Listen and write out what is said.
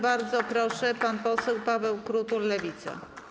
Bardzo proszę, pan poseł Paweł Krutul, Lewica.